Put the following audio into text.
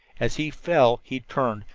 as he fell he turned,